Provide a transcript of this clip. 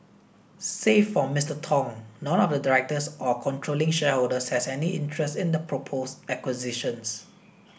save for Mister Tong none of the directors or controlling shareholders has any interest in the proposed acquisitions